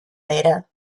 ada